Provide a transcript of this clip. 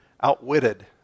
outwitted